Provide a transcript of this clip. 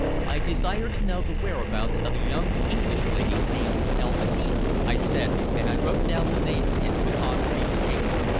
i desire to know the whereabouts of a young english lady named elma heath, i said, and i wrote down the name for him upon a piece of paper.